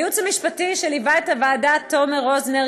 לייעוץ המשפטי שליווה את הוועדה: תומר רוזנר,